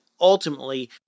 ultimately